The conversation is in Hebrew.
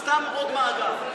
סתם עוד מאגר.